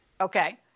Okay